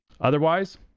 Otherwise